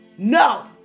No